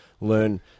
learn